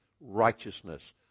righteousness